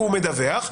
הוא מדווח,